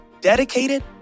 dedicated